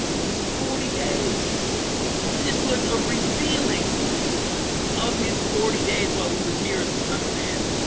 his forty days this was a revealing of his forty days while he was here as the son of man